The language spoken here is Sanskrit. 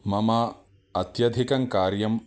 मम अत्यधिकं कार्यं